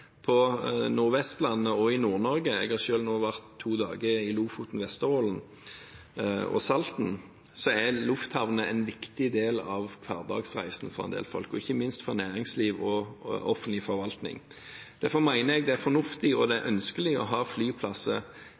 på Nordvestlandet og i Nord-Norge. Jeg har selv nå vært to dager i Lofoten, Vesterålen og Salten. Lufthavner er en viktig del av hverdagsreisen for en del folk, ikke minst for næringsliv og offentlig forvaltning. Derfor mener jeg det er fornuftig og ønskelig å ha flyplasser